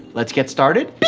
let's get started.